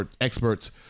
experts